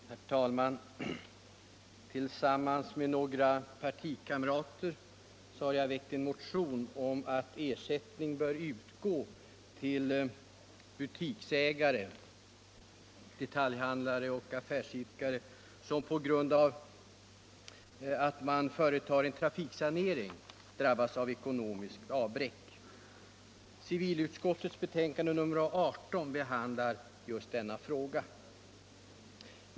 Herr talman! Tillsammans med några partikamrater har jag väckt en motion om att ersättning bör utgå till butiksägare, detaljhandlare och affärsidkare som på grund av företagna trafiksaneringar drabbas av ekonomiskt avbräck. Civilutskottets betänkande nr 18 behandlar just denna fråga.